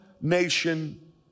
nation